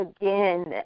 again